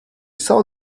saw